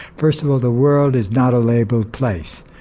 first of all the world is not a labelled place,